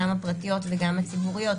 גם הפרטיות וגם הציבוריות,